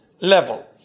level